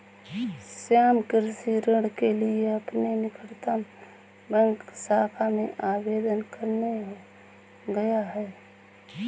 श्याम कृषि ऋण के लिए अपने निकटतम बैंक शाखा में आवेदन करने गया है